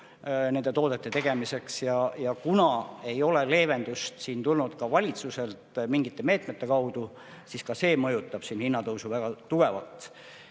nende toodete tegemiseks. Ja kuna ei ole leevendust tulnud valitsuselt mingite meetmete kaudu, siis ka see mõjutab hinnatõusu väga tugevalt.